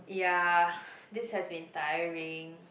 ya this has been tiring